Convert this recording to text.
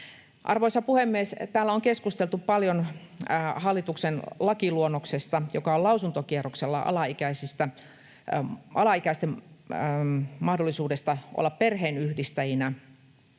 Arvoisa puhemies! Täällä on keskusteltu paljon hallituksen lakiluonnoksesta, joka on lausuntokierroksella, alaikäisten mahdollisuudesta olla perheenyhdistäjinä